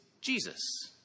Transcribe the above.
jesus